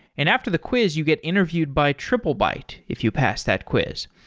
and after the quiz you get interviewed by triplebyte if you pass that quiz.